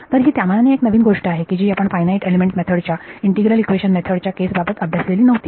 तर ही त्यामानाने एक नवीन गोष्ट आहे की जी आपण फायनाईट एलिमेंट मेथड च्या इंटिग्रल इक्वेशन मेथड च्या केस बाबत अभ्यासलेली नव्हती